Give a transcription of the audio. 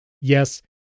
yes